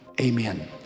amen